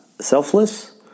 selfless